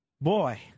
Boy